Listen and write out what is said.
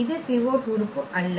இது பிவோட் உறுப்பு அல்ல